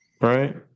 right